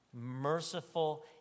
merciful